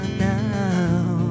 now